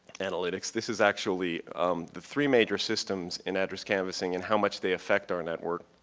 analytics. this is actually the three major systems in address canvassing and how much they affect our network.